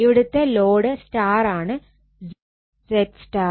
ഇവിടത്തെ load star ആണ് ZY